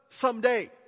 someday